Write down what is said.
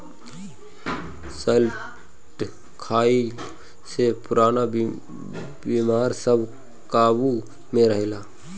शैलटस खइला से पुरान बेमारी सब काबु में रहेला